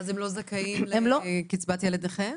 ואז הם לא זכאים לקצבת ילד נכה?